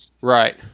Right